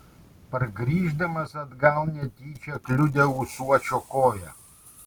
pargrįždamas atgal netyčia kliudė ūsuočio koją